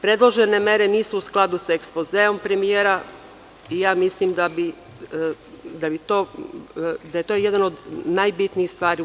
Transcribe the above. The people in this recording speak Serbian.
Predložene mere nisu u skladu sa ekspozeom premijera i mislim da je to jedna od najbitnijih stvari.